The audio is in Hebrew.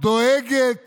דואגת